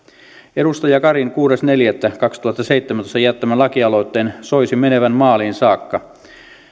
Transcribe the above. edustaja karin kuudes neljättä kaksituhattaseitsemäntoista jättämän lakialoitteen soisi menevän maaliin saakka